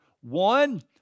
One